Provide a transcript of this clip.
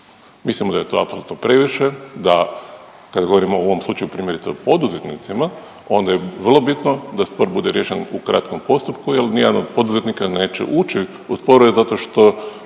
Mislimo da je to apsolutno previše, da, kad govorimo o ovom slučaju, primjerice, o poduzetnicima, onda je vrlo bitno da spor bude riješen u kratkom postupku nije nijedan od poduzetnika neće ući u sporove zato što